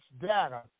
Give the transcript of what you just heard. data